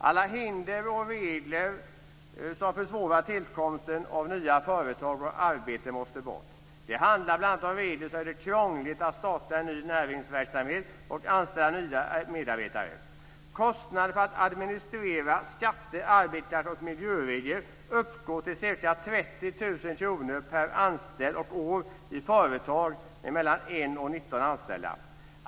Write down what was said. Alla hinder och regler som försvårar tillkomsten av nya företag och arbeten måste bort. Det handlar bland annat om regler som gör det krångligt att starta ny näringsverksamhet och att anställa nya medarbetare. Kostnaden för att administrera skatte-, arbetsmarknads och miljöregler uppgår till och 19 anställda.